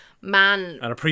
man